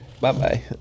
Bye-bye